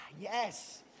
Yes